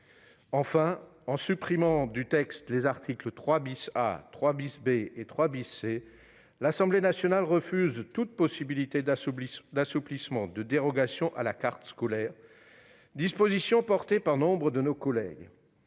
Enfin, en supprimant du texte les articles 3 A, 3 B et 3 C, l'Assemblée nationale refuse toute possibilité d'assouplissement des dérogations à la carte scolaire, disposition défendue par nombre de nos collègues.